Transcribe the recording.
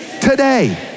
today